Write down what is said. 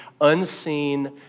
unseen